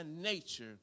nature